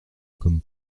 comme